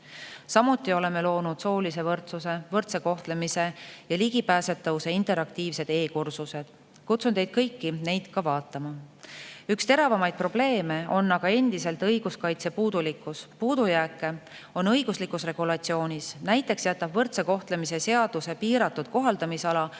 Samuti oleme loonud soolise võrdsuse, võrdse kohtlemise ja ligipääsetavuse interaktiivsed e-kursused. Kutsun teid kõiki üles neid vaatama. Üks teravamaid probleeme on aga endiselt õiguskaitse puudulikkus – puudujääke on õiguslikus regulatsioonis. Näiteks jätab võrdse kohtlemise seaduse piiratud kohaldamisala